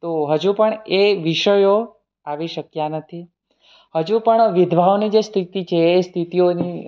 તો હજુ પણ એ વિષયો આવી શક્યા નથી હજુ પણ વિધવાઓની જે સ્થિતિ છે એ સ્થિતિઓની